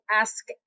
ask